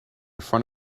front